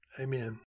Amen